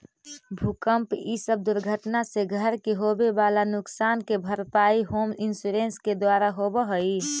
भूकंप इ सब दुर्घटना से घर के होवे वाला नुकसान के भरपाई होम इंश्योरेंस के द्वारा होवऽ हई